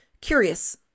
curious